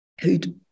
who'd